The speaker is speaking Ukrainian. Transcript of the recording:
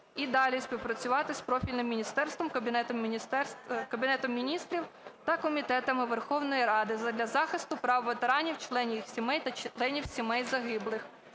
і далі співпрацювати з профільним міністерством, Кабінетом Міністрів та комітетами Верховної Ради задля захисту прав ветеранів, членів їх сімей та членів сімей загиблих.